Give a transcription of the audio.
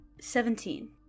Seventeen